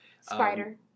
Spider